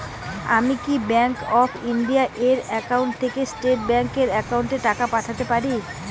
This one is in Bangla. আমি কি ব্যাংক অফ ইন্ডিয়া এর একাউন্ট থেকে স্টেট ব্যাংক এর একাউন্টে টাকা পাঠাতে পারি?